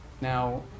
Now